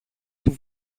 του